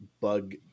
bug